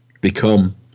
become